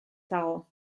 dago